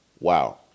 wow